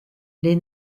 les